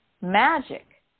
magic